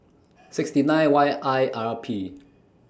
sixty nine Y I R P